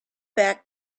back